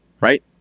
right